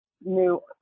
new